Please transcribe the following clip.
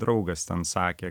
draugas ten sakė